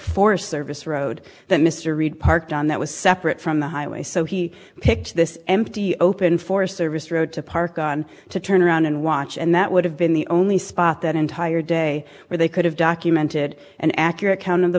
forest service road that mr reid parked on that was separate from the highway so he picked this empty open for service road to park on to turn around and watch and that would have been the only spot that entire day where they could have documented an accurate count of the